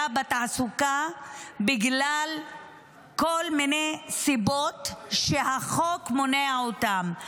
בתעסוקה בגלל כל מיני סיבות שהחוק מונע אותם.